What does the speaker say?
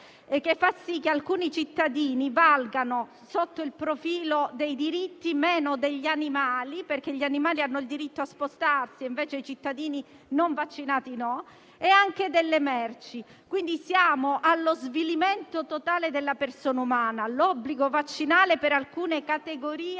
che fa sì che alcuni cittadini valgano, sotto il profilo dei diritti, meno degli animali - gli animali hanno il diritto a spostarsi, mentre i cittadini non vaccinati non lo hanno - e delle merci. Siamo allo svilimento totale della persona umana. L'obbligo vaccinale per alcune categorie, con la